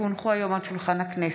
כי הונחו היום על שולחן הכנסת,